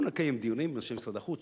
אנחנו נקיים דיונים עם אנשי משרד החוץ,